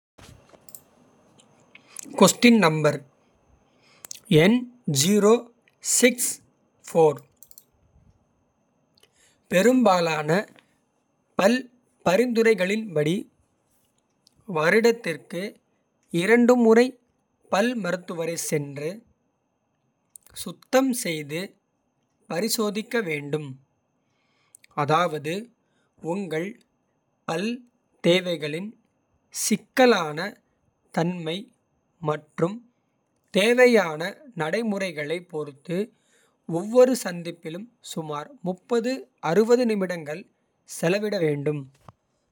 பெரும்பாலான பல் பரிந்துரைகளின்படி. வருடத்திற்கு இரண்டு முறை பல் மருத்துவரைச். சென்று சுத்தம் செய்து பரிசோதிக்க வேண்டும். அதாவது உங்கள் பல் தேவைகளின் சிக்கலான தன்மை. மற்றும் தேவையான நடைமுறைகளைப் பொறுத்து. ஒவ்வொரு சந்திப்பிலும் சுமார் நிமிடங்கள் செலவிட வேண்டும்.